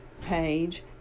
page